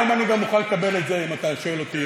היום אני גם מוכן לקבל את זה אם אתה שואל אותי,